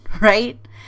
right